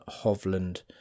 Hovland